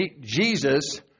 Jesus